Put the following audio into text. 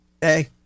hey